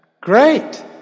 great